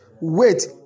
Wait